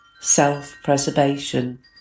self-preservation